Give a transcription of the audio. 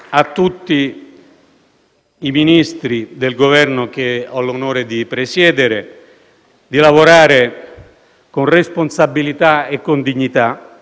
in tutt'altre condizioni, il suo Governo, usò un altro termine molto importante, il termine «umiltà», e disse